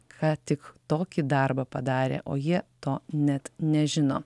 ką tik tokį darbą padarė o jie to net nežino